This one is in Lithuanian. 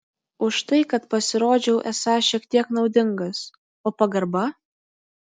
už tai kad pasirodžiau esąs šiek tiek naudingas o pagarba